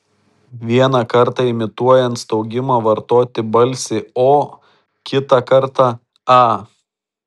vieną kartą imituojant staugimą vartoti balsį o kitą kartą a